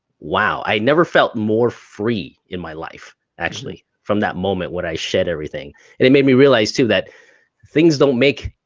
wow. i never felt more free in my life actually from that moment when i shed everything, and it made me realize, too, that things don't make